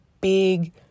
big